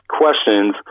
questions